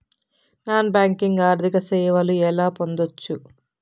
Non banking ఆర్థిక సేవలు ఎలా పొందొచ్చు?